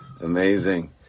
Amazing